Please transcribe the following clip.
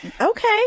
okay